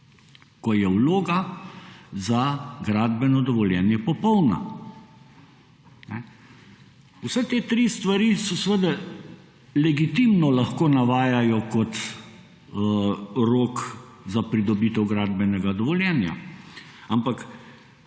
ko je vloga za gradbeno dovoljenje popolna. Vse te tri stvari se legitimno lahko navajajo kot rok za pridobitev gradbenega dovoljenja, ampak